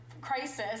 crisis